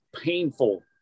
painful